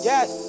Yes